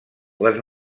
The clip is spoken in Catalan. les